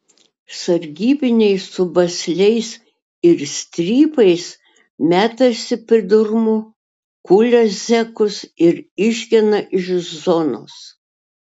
sargybiniai su basliais ir strypais metasi pridurmu kulia zekus ir išgena iš zonos